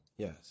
Yes